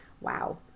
Wow